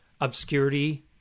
obscurity